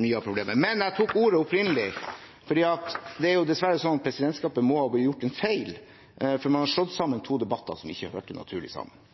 mye av problemet. Men jeg tok ordet opprinnelig fordi det dessverre er sånn at presidentskapet må ha gjort en feil, for man har slått sammen to debatter som ikke hørte naturlig sammen.